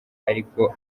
ariko